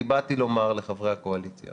אני באתי לומר לחברי הקואליציה